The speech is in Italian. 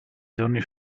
giorni